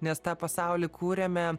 nes tą pasaulį kuriame